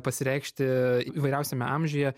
pasireikšti įvairiausiame amžiuje